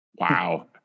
Wow